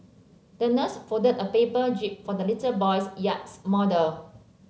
the nurse folded a paper jib for the little boy's yachts model